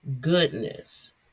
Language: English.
goodness